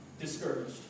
discouraged